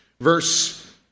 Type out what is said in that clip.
Verse